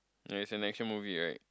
ya it's an action movie right